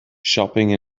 shopping